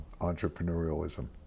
entrepreneurialism